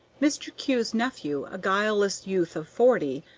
mr. kew's nephew, a guileless youth of forty,